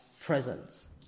presence